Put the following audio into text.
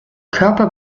körper